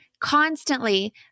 Constantly